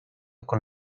con